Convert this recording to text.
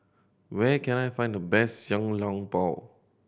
where can I find the best Xiao Long Bao